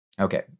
Okay